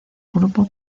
grupo